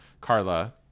carla